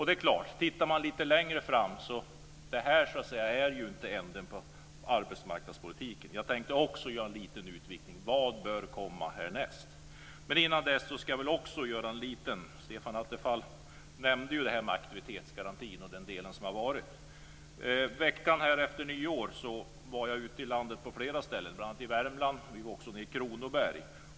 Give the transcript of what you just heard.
Det är klart att om man tittar lite längre fram inser man att det här inte är änden på arbetsmarknadspolitiken. Jag tänkte också göra en liten utvikning om vad som bör komma härnäst. Men innan dess ska jag också ta upp aktivitetsgarantin, som Stefan Attefall nämnde. Veckan efter nyår var jag på flera ställen i landet, bl.a. i Värmland och Kronoberg.